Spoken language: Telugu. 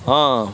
ఆ